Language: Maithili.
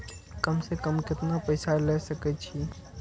कम से कम केतना पैसा ले सके छी?